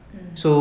mm